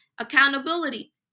Accountability